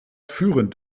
führend